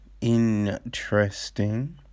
Interesting